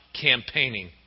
campaigning